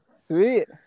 Sweet